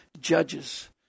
judges